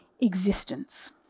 existence